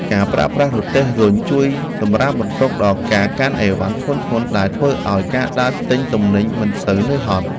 ការប្រើប្រាស់រទេះរុញជួយសម្រាលបន្ទុកដល់ការកាន់អីវ៉ាន់ធ្ងន់ៗដែលធ្វើឱ្យការដើរទិញទំនិញមិនសូវហត់នឿយ។